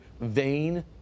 vain